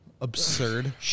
absurd